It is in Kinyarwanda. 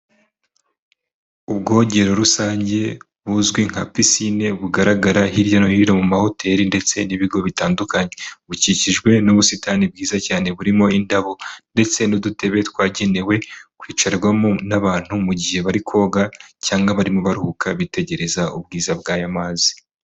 Ubwogero rusange buzwi nka pisine bugaragara hirya no hino mu mahoteli ndetse n'ibigo bitandukanye. Bukikijwe n'ubusitani bwiza cyane burimo indabo ndetse n'udutebe twagenewe kwicarwamo n'abantu mu gihe bari koga cyangwa barimo baruhuka bitegereza ubwiza bw'aya mazi.